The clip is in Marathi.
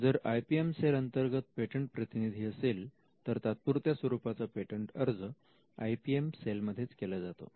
जर आय पी एम सेल अंतर्गत पेटंट प्रतिनिधी असेल तर तात्पुरत्या स्वरूपाचा पेटंट अर्ज आय पी एम सेल मध्येच केला जातो